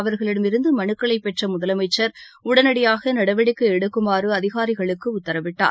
அவர்களிடம் இருந்து மனுக்களை பெற்ற முதலமைச்சர் உடனடியாக நடவடிக்கை எடுக்குமாறு அதிகாரிகளுக்கு உத்தரவிட்டார்